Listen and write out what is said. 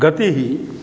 गतिः